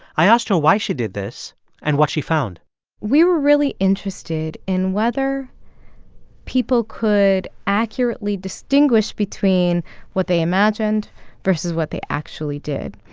i asked her why she did this and what she found we were really interested in whether people could accurately distinguish between what they imagined versus what they actually did.